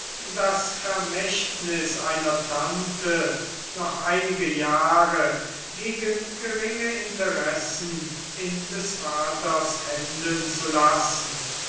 das vermächtnis einer tante noch einige jahre gegen geringe interessen in des vaters händen zu lassen